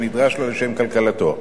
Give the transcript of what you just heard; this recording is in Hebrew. ונדרש לו לשם כלכלתו.